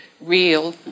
real